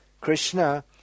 Krishna